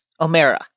Omera